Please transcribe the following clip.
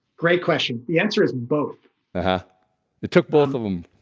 great question. the answer is both it took both of them